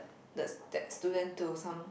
the that student to some